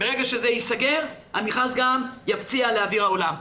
וברגע שזה ייסגר המכרז גם יפציע לאויר העולם.